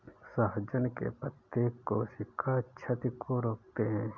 सहजन के पत्ते कोशिका क्षति को रोकते हैं